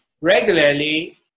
regularly